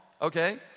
okay